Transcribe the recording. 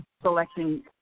selecting